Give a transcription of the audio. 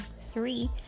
three